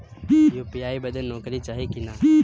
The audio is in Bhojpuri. यू.पी.आई बदे नौकरी चाही की ना?